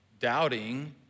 doubting